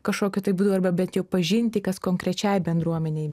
kažkokiu būdu arba bent jau pažinti kas konkrečiai bendruomenei